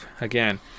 Again